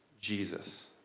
Jesus